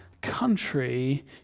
country